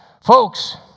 Folks